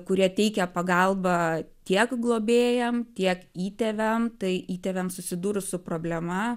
kurie teikia pagalbą tiek globėjam tiek įtėviam tai įtėviam susidūrus su problema